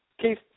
Keith